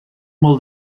molt